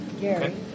Gary